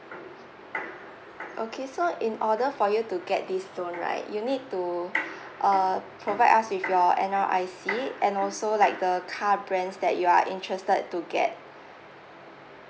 okay so in order for you to get this loan right you need to err provide us with your N_R_I_C and also like the car brands that you are interested to get